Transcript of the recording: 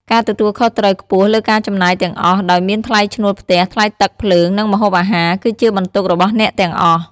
ការទទួលខុសត្រូវខ្ពស់លើការចំណាយទាំងអស់ ដោយមានថ្លៃឈ្នួលផ្ទះ ថ្លៃទឹក ភ្លើង និងម្ហូបអាហារ គឺជាបន្ទុករបស់អ្នកទាំងអស់។